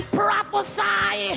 prophesy